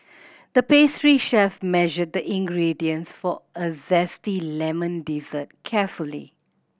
the pastry chef measured the ingredients for a zesty lemon dessert carefully